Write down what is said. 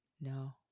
No